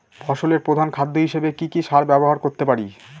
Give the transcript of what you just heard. ফসলের প্রধান খাদ্য হিসেবে কি কি সার ব্যবহার করতে পারি?